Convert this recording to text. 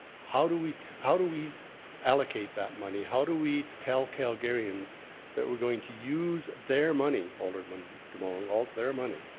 how do we how do we allocate that money? how do we tell calgarians that we're going to use their money, alderman demong, their money,